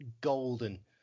golden